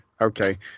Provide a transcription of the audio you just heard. okay